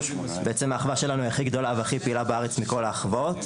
בעצם האחווה שלנו היא הכי גדולה והכי פעילה בארץ מכל האחוות.